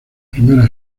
primera